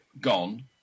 gone